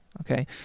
okay